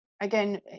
again